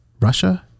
Russia